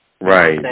Right